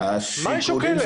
מה היא שוקלת?